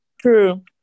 True